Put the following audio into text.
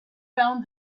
found